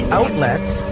outlets